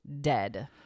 dead